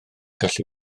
gallu